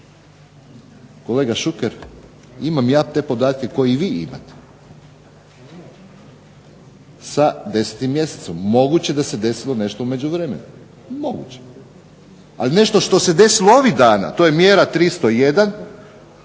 Kolega Šuker, imam ja te podatke koje i vi imate sa 10. mjesecom, moguće da se desilo nešto u međuvremenu, moguće, ali nešto što se desilo ovih dana, to je mjera 301